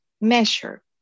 measure